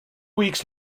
weeks